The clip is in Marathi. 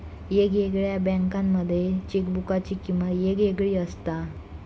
येगयेगळ्या बँकांमध्ये चेकबुकाची किमंत येगयेगळी असता